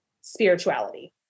spirituality